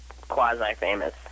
quasi-famous